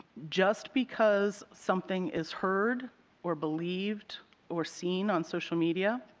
just because something is heard or believed or seen on social media,